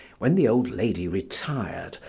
when the old lady retired,